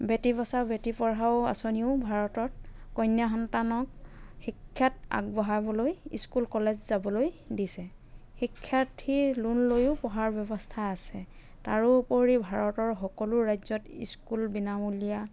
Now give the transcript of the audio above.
বেটি বচাওঁ বেটি পঢ়াওঁ আঁচনিও ভাৰতত কন্যা সন্তানক শিক্ষাত আগবঢ়াবলৈ স্কুল কলেজ যাবলৈ দিছে শিক্ষাৰ্থীৰ লোন লৈওঁ পঢ়াৰ ব্যৱস্থা আছে তাৰো উপৰি ভাৰতৰ সকলো ৰাজ্যত স্কুল বিনামূলীয়া